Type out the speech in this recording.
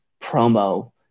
promo